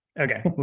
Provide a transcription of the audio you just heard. okay